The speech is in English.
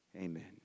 Amen